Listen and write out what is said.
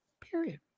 Period